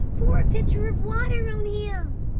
pour a pitcher of water on him.